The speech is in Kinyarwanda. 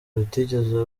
rutigeze